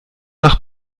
nach